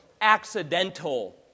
accidental